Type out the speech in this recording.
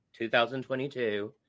2022